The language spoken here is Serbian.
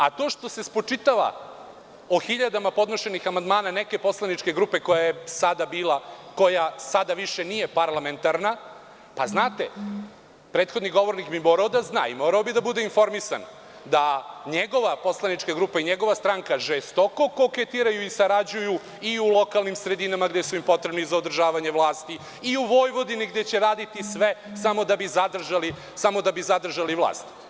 A to što se spočitava o hiljadama podnošenih amandmana neke poslaničke grupe koja sada više nije parlamentarna, znate, prethodni govornik bi morao da zna i morao bi da bude informisan da njegova poslanička grupa i njegova stranka žestoko koketiraju i sarađuju i u lokalnim sredinama gde su im potrebni za održavanje vlasti i u Vojvodini, gde će raditi sve samo da bi zadržali vlast.